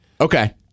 Okay